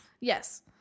yes